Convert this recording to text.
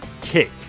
kick